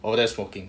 down there smoking